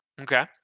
Okay